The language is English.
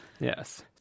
Yes